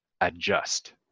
adjust